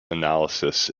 analysis